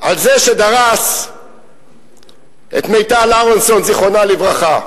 על זה שדרס את מיטל אהרונסון, זכרה לברכה,